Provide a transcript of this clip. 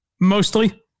Mostly